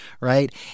right